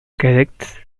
collects